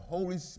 Holy